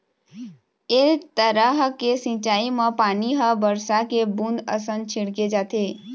ए तरह के सिंचई म पानी ह बरसा के बूंद असन छिड़के जाथे